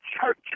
church